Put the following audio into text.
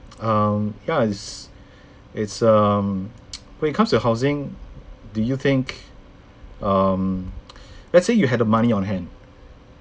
um ya it's it's um when it comes to housing do you think um let's say you had the money on hand